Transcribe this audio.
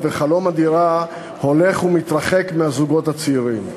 וחלום הדירה הולך ומתרחק מהזוגות הצעירים.